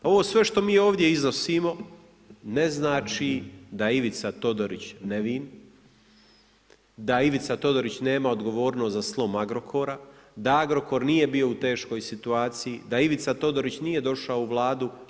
Ovo sve što mi ovdje iznosimo, ne znači da Ivica Todorić nevin, da Ivica Todorić nema odgovornost za slom Agrokora, da Agrokor nije bilo u teškoj situaciji, da Ivica Todorić nije došao u Vladu.